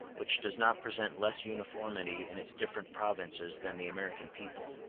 which does not present less uniformity in its different provinces than the american people,